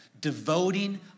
devoting